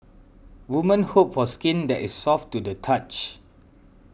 women hope for skin that is soft to the touch